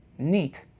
neat.